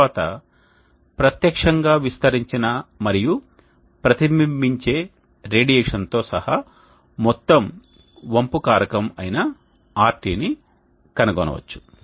తరువాత ప్రత్యక్షంగా విస్తరించిన మరియు ప్రతిబింబించే రేడియేషన్తో సహా మొత్తం వంపు కారకం అయిన RT ని కనుగొనవచ్చు